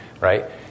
right